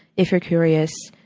if you're curious.